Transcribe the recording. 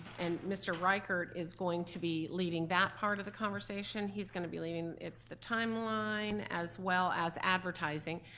and mr. riegert is going to be leading that part of the conversation. he's gonna be leading. it's the timeline as well as advertising.